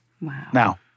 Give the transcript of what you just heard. Now